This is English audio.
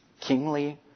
kingly